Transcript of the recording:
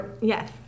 Yes